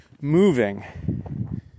moving